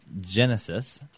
Genesis